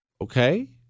Okay